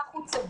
כך זה צבוע.